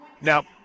Now